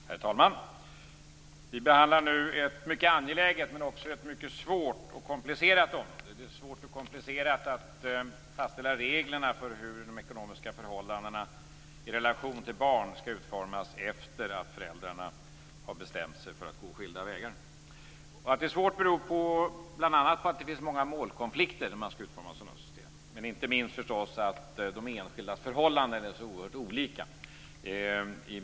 Herr talman! Vi behandlar nu ett mycket angeläget men också mycket svårt och komplicerat område. Det är svårt och komplicerat att fastställa reglerna för hur de ekonomiska förhållandena i relation till barn skall utformas efter det att föräldrarna har bestämt sig för att gå skilda vägar. Att det är svårt beror bl.a. på att det finns många målkonflikter när man skall utforma sådana system, men inte minst förstås på att de enskildas förhållanden är så oerhört olika.